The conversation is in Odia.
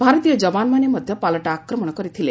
ଭାରତୀୟ ଯବାନମାନେ ମଧ୍ୟ ପାଲଟା ଆକ୍ରମଣ କରିଥିଲେ